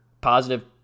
positive